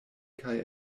kaj